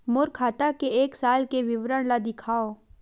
मोर खाता के एक साल के विवरण ल दिखाव?